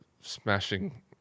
smashing